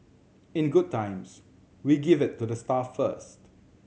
in good times we give it to the staff first